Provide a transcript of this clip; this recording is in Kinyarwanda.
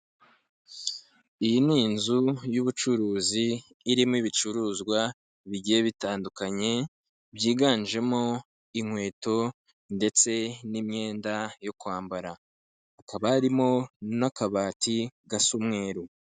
Iyi ni inzu y'ubucuruzi, irimo ibicuruzwa bigiye bitandukanye, byiganjemo inkweto ndetse n'imyenda yo kwambara. Hakaba harimo n'akabati gasa umweru.